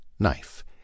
Knife